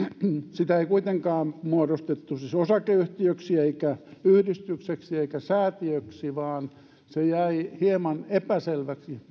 sitä ei kuitenkaan muodostettu siis osakeyhtiöksi eikä yhdistykseksi eikä säätiöksi vaan se jäi hieman epäselväksi